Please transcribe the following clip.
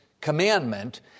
commandment